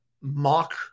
mock